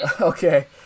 okay